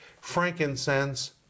frankincense